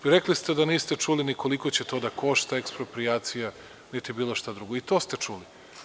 Rekli ste da niste čuli ni koliko će to da košta, eksproprijacija, niti bilo šta drugo i to ste čuli.